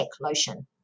lotion